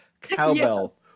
cowbell